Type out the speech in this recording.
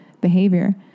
behavior